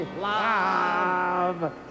love